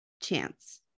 chance